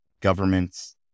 governments